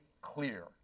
clear